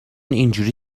اینجوری